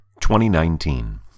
2019